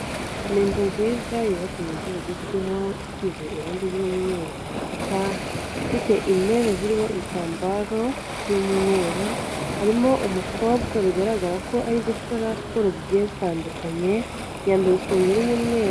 Ni inzu nziza yubatse mu buryo bugezweho isize irange ry'umweru ku bikuta, ifite intebe ziriho ibitambaro by'umweru. Harimo umukobwa bigaragara ko ari gukora rayo siporo zigiye zitandukanye, yambaye isengeri y'umweru.